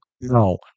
no